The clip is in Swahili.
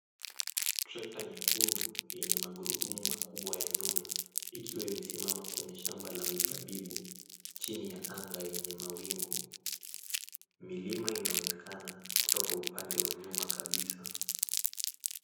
Trekta nyekundu yenye magurudumu makubwa ya nyuma ikiwa imesimamama kwenye shamba la mizabibu, chini ya anga yenye mawingu. Milima inaonekana kutoka upande wa nyuma kabisa.